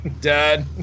Dad